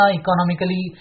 economically